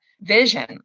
vision